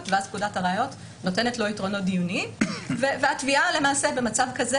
ואז פקודת הראיות נותנת לו יתרונות דיוניים והתביעה למעשה במצב כזה,